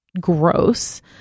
gross